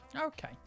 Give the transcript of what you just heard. Okay